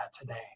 today